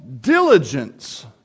diligence